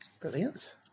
Brilliant